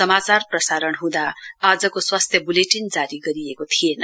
समाचार प्रसारण हँदा आजको स्वास्थ्य ब्लेटिन जारी गरिएको थिएन